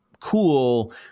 cool